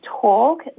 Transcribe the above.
talk